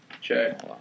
check